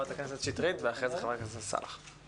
חברת הכנסת שטרית, ואחרי זה חברת הכנסת סאלח.